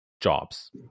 jobs